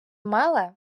меле